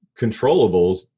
controllables